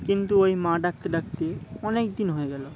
কিন্তু ওই মা ডাকতে ডাকতে অনেক দিন হয়ে গেলো